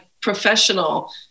professional